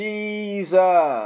Jesus